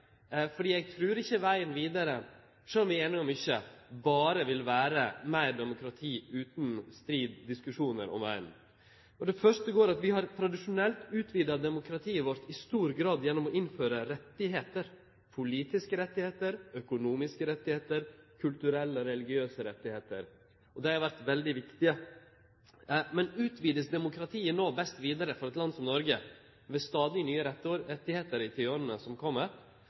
Eg trur ikkje vegen vidare, sjølv om vi er einige om mykje, berre vil vere meir demokrati – utan strid og diskusjonar om vegen. Det første går på at vi tradisjonelt har utvida demokratiet vårt i stor grad gjennom å innføre rettar – politiske rettar, økonomiske rettar og kulturelle og religiøse rettar. Dei har vore veldig viktige. Men vert demokratiet i eit land som Noreg no best utvida med stadig nye rettar i tiåra som